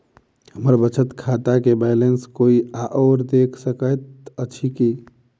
हम्मर बचत खाता केँ बैलेंस कोय आओर देख सकैत अछि की